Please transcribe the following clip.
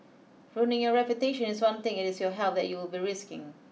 ruining your reputation is one thing it is your health that you will be risking